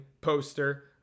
poster